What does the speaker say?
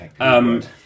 Okay